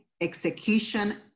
execution